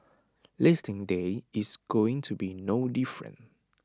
listing day is going to be no different